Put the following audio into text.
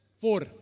Four